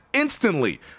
Instantly